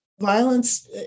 violence